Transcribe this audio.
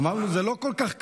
אמרנו: זה לא כל כך קשור.